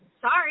sorry